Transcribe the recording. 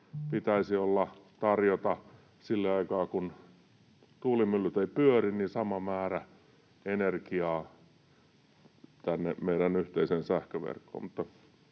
pitäisi olla tarjota sille aikaa, kun tuulimyllyt eivät pyöri, sama määrä energiaa tänne meidän yhteiseen sähköverkkoon.